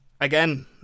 again